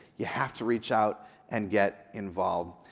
you have to reach out and get involved.